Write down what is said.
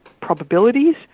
probabilities